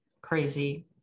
crazy